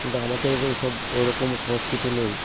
কিন্তু আমাদের ওই সব ওরকম সংস্কৃতি নেই